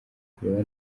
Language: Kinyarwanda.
kureba